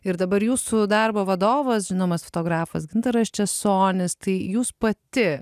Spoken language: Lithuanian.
ir dabar jūsų darbo vadovas žinomas fotografas gintaras česonis tai jūs pati